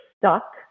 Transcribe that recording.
stuck